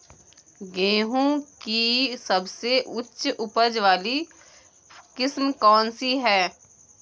गेहूँ की सबसे उच्च उपज बाली किस्म कौनसी है?